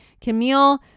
Camille